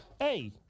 Hey